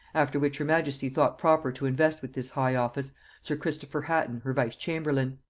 after which her majesty thought proper to invest with this high office sir christopher hatton her vice-chamberlain.